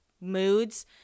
moods